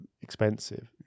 expensive